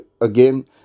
again